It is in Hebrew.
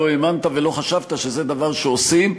לא האמנת ולא חשבת שזה דבר שעושים,